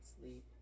sleep